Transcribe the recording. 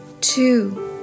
two